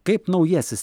kaip naujasis